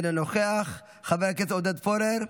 אינו נוכח, חבר הכנסת עודד פורר,